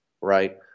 right